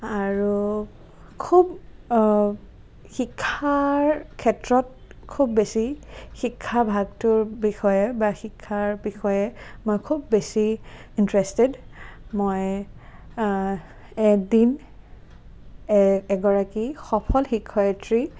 আৰু খুব শিক্ষাৰ ক্ষেত্ৰত খুব বেছি শিক্ষা ভাগটোৰ বিষয়ে বা শিক্ষাৰ বিষয়ে মই খুব বেছি ইণ্টাৰেষ্টেড মই এদিন এগৰাকী সফল শিক্ষয়িত্ৰী